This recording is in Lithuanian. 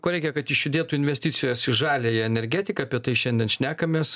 ko reikia kad išjudėtų investicijos į žaliąją energetiką apie tai šiandien šnekamės